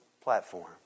platform